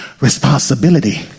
Responsibility